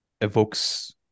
evokes